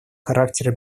характера